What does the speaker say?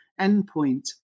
endpoint